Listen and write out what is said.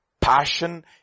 passion